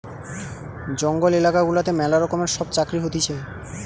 জঙ্গল এলাকা গুলাতে ম্যালা রকমের সব চাকরি হতিছে